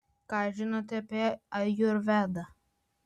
ką žinote apie ajurvedą